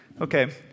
Okay